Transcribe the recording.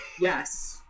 Yes